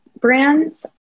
brands